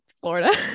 Florida